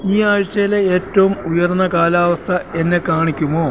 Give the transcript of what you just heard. ഈ ആഴ്ചയിലെ ഏറ്റവും ഉയർന്ന കാലാവസ്ഥ എന്നെ കാണിക്കുമോ